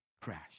crash